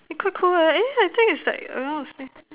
eh quite cool eh I think is like around the same